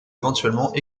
éventuellement